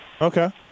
Okay